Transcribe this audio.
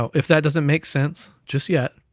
um if that doesn't make sense just yet,